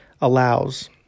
allows